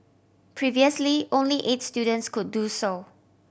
previously only eight students could do so